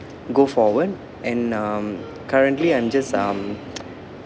go forward and um currently I'm just um